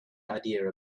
idea